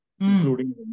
including